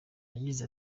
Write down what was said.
yagize